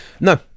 No